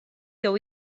jew